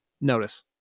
notice